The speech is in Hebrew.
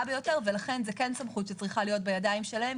ביותר ולכן זו סמכות שצריכה להיות בידיים שלהם